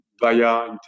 via